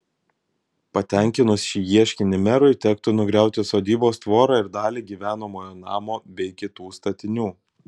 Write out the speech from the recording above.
patenkinus šį ieškinį merui tektų nugriauti sodybos tvorą ir dalį gyvenamojo namo bei kitų statinių